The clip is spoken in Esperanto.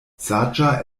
saĝa